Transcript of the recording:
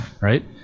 right